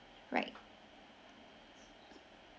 right